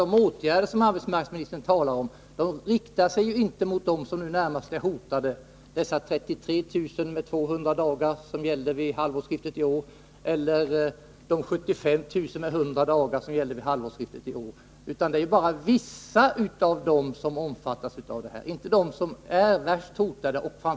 De åtgärder som arbetsmarknadsministern talar om riktar sig inte mot dem som närmast är hotade — vid halvårsskiftet i år gällde det 33 000 personer med 200 dagar och 75 000 med 100 dagar.